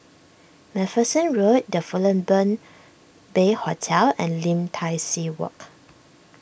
MacPherson Road the Fullerton Bay Hotel and Lim Tai See Walk